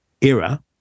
era